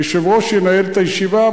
היושב-ראש ינהל את הישיבה.